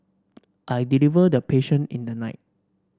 I delivered the patient in the night